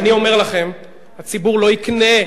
איזה התנשאות.